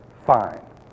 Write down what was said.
fine